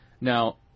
Now